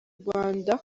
rwanda